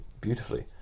beautifully